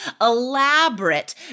elaborate